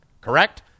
Correct